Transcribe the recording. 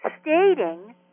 stating